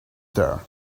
there